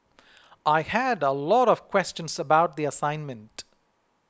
I had a lot of questions about the assignment